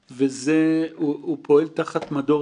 לא תמיד ניתן לברר